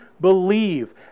believe